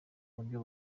buryo